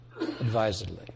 advisedly